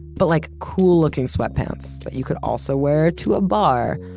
but like, cool looking sweatpants that you could also wear to a bar.